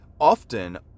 often